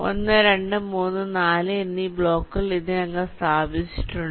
1 2 3 4 എന്നീ ബ്ലോക്കുകൾ ഇതിനകം സ്ഥാപിച്ചിട്ടുണ്ട്